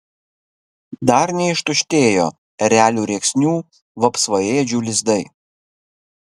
dar neištuštėjo erelių rėksnių vapsvaėdžių lizdai